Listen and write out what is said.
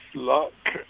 luck